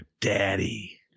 Daddy